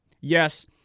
yes